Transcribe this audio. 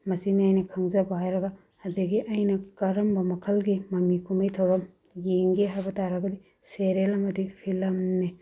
ꯃꯁꯤꯅꯦ ꯑꯩꯅ ꯈꯪꯖꯕ ꯍꯥꯏꯔꯒ ꯑꯗꯨꯗꯒꯤ ꯑꯩꯅ ꯀꯔꯝꯕ ꯃꯈꯜꯒꯤ ꯃꯃꯤ ꯀꯨꯝꯃꯩ ꯊꯧꯔꯝ ꯌꯦꯡꯒꯦ ꯍꯥꯏꯕꯇꯥꯔꯒꯗꯤ ꯁꯦꯔꯦꯜ ꯑꯃꯗꯤ ꯐꯤꯂꯝꯅꯤ